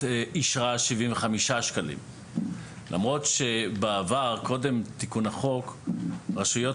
אישרה 75 שקלים למרות שבעבר קודם תיקון החוק רשויות